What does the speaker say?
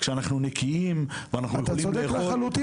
כשאנחנו נקיים וכשאנחנו יכולים לאכול,